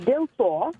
dėl to